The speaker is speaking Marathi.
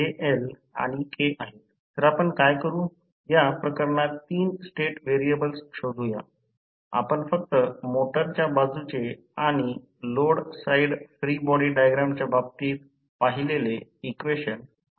5 व्होल्ट सह VSC तर आणि WSC शॉर्ट सर्किट स्थितीत copper loss I 12 Re 1 112 watt येत आहे